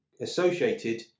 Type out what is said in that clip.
associated